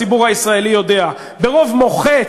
הציבור הישראלי יודע: ברוב מוחץ,